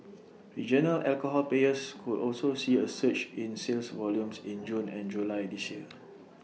regional alcohol players could also see A surge in sales volumes in June and July this year